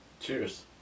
Cheers